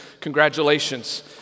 congratulations